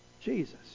Jesus